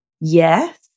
Yes